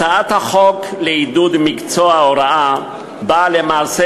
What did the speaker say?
הצעת החוק לעידוד מקצוע ההוראה באה למעשה